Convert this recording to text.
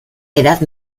edad